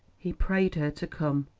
he prayed her to come,